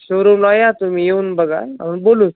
शोरूमला या तुम्ही येऊन बघा आणि बोलून